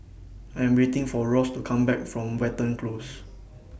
I Am waiting For Ross to Come Back from Watten Close